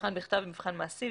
מבחן בכתב ומבחן מעשי,